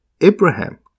Abraham